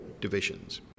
divisions